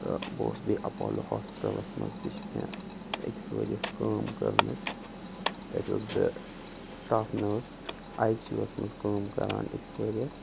تہٕ بہٕ اوسُس بیٚیہِ اَپالو ہاسپِٹَلَس منٛز تہِ چھِ مےٚ أکِس ؤرۍ یس کٲم کٔرمٕژ تَتہِ اوسُس بہٕ staff nurse I C U وس منٛز کٲم کَران أکِس ؤرۍ یس